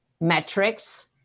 metrics